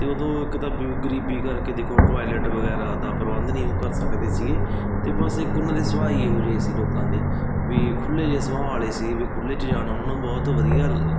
ਅਤੇ ਉਦੋਂ ਇੱਕ ਤਾਂ ਗਰੀਬੀ ਕਰਕੇ ਦੇਖੋ ਟੋਇਲੇਟ ਵਗੈਰਾ ਦਾ ਪ੍ਰਬੰਧ ਨਹੀਂ ਉਹ ਕਰ ਸਕਦੇ ਸੀਗੇ ਅਤੇ ਬਸ ਇੱਕ ਉਹਨਾਂ ਦੇ ਸੁਭਾਅ ਹੀ ਇਹੋ ਜਿਹੇ ਸੀ ਲੋਕਾਂ ਦੇ ਵੀ ਖੁੱਲੇ ਜਿਹੇ ਸੁਭਾਅ ਵਾਲੇ ਸੀ ਵੀ ਖੁੱਲੇ 'ਚ ਜਾਣਾ ਉਹਨਾਂ ਨੂੰ ਬਹੁਤ ਵਧੀਆ